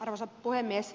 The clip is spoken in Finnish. arvoisa puhemies